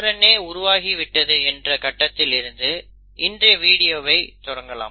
இன்று mRNA உருவாகி விட்டது என்ற கட்டத்தில் இருந்து இன்றைய வீடியோவை தொடங்கலாம்